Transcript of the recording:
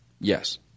Yes